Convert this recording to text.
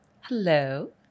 Hello